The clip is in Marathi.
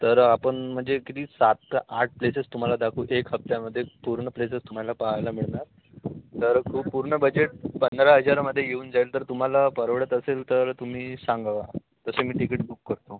तर आपण म्हणजे किती सात ते आठ प्लेसेस तुम्हाला दाखवू एक हप्त्यामध्ये पूर्ण प्लेसेस तुम्हाला पहायला मिळणार तर खूप पूर्ण बजेट पंधरा हजारामध्ये येऊन जाईल तर तुम्हाला परवडत असेल तर तुम्ही सांगा तसं मी तिकीट बुक करतो